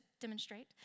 demonstrate